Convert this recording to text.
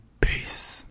Peace